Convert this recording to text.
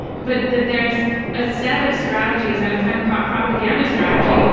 but that there's a set of strategies and a kind of pop propaganda strategy,